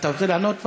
אתה רוצה לענות?